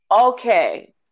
okay